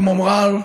כמו מר'אר.